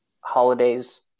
holidays